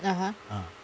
(uh huh)